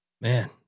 Man